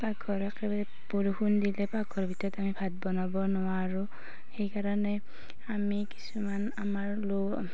পাকঘৰ একেবাৰে বৰষুণ দিলে পাকঘৰৰ ভিতৰত আমি ভাত বনাব নোৱাৰোঁ সেইকাৰণে আমি কিছুমান আমাৰ লো